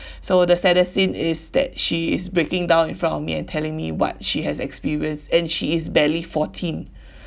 so the saddest scene is that she is breaking down in front of me and telling me what she has experienced and she is barely fourteen